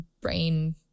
brain